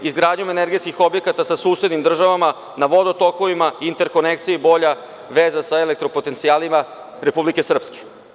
Izgradnjom energetskih objekata sa susednim državama na vodotokovima, interkonekcije i bolja veza sa elektropotencijalima Republike Srpske.